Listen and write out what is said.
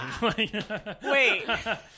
Wait